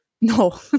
No